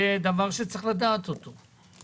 זה דבר שצריך לדעת אותו.